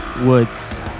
Woods